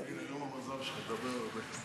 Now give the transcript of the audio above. זה נאום המזל, דבר הרבה.